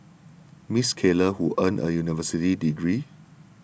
Miss Keller who earned a university degree